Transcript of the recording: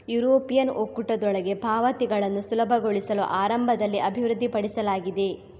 European ಒಕ್ಕೂಟದೊಳಗೆ ಪಾವತಿಗಳನ್ನು ಸುಲಭಗೊಳಿಸಲು ಆರಂಭದಲ್ಲಿ ಅಭಿವೃದ್ಧಿಪಡಿಸಲಾಗಿದೆ